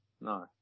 no